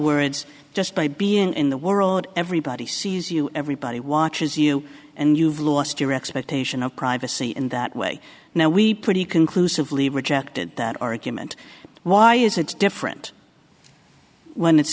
words just by being in the world everybody sees you everybody watches you and you've lost your expectation of privacy in that way now we pretty conclusively rejected that argument why is it different when it's